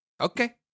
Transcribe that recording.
Okay